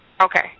Okay